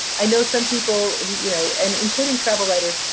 i know some people, you know and including travel writers,